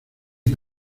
que